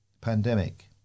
pandemic